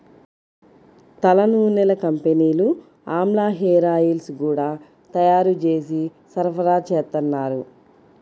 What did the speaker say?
తలనూనెల కంపెనీలు ఆమ్లా హేరాయిల్స్ గూడా తయ్యారు జేసి సరఫరాచేత్తన్నారు